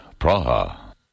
Praha